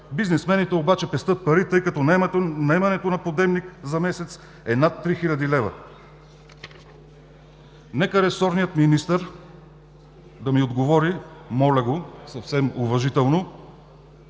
Бизнесмените обаче пестят пари, тъй като наемането на подемник за месец е над 3 000 лв. Нека ресорният министър да ми отговори, съвсем уважително